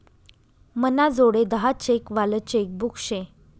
मनाजोडे दहा चेक वालं चेकबुक शे